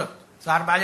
בכל זאת, צער בעלי-חיים,